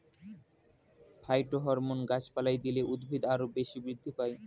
phytohormone গাছপালায় দিলে উদ্ভিদ আরও বেশি বৃদ্ধি পায়